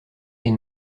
est